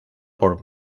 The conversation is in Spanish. por